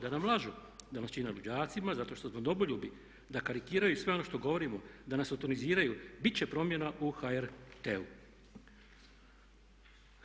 Da nam lažu, da nas čine luđacima zato što smo domoljubi, da karikiraju sve ono što govorimo, da nas sotoniziraju bit će promjena u HRT-u.